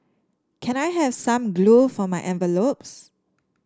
can I have some glue for my envelopes